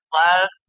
love